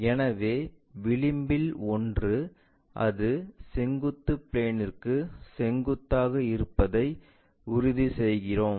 எனவே விளிம்பில் ஒன்று அது செங்குத்து பிளேன்ற்கு செங்குத்தாக இருப்பதை உறுதி செய்கிறோம்